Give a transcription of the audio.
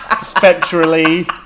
Spectrally